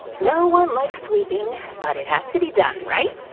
no one likes sweeping. but it has to be done, right?